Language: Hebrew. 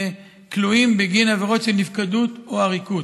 כלואים בגין עבירות של נפקדות או עריקות.